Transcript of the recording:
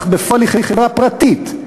אך בפועל היא חברה פרטית,